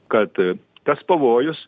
kad tas pavojus